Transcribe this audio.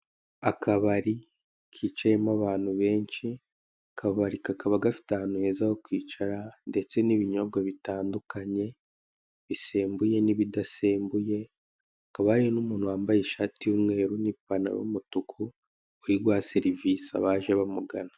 Akabari kicayemo abantu benshi, akabari kakaba gafite ahantu heza ho kwicara ndetse ibinyobwa bitandukanye bisembuye n'ibidasembuye hakaba hari umuntu wambaye ishati y'umweru n'ipantaro y'umutuku uriguha serivise abaje bamugana.